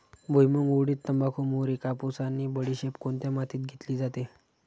भुईमूग, उडीद, तंबाखू, मोहरी, कापूस आणि बडीशेप कोणत्या मातीत घेतली जाते?